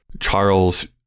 Charles